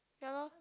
ya lor